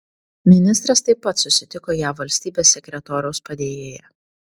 ministras taip pat susitiko jav valstybės sekretoriaus padėjėja